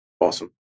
awesome